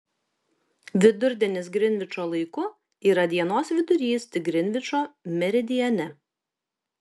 vidurdienis grinvičo laiku yra dienos vidurys tik grinvičo meridiane